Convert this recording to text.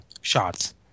shots